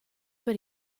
per